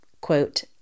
quote